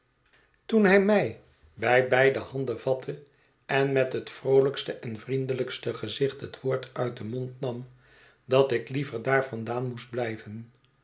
huis hij mij bij beide handen vatte en met het vroolijkste en vriendelijkste gezicht het woord uit den mond nam dat ik liever daar vandaan moest blijven